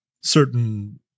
certain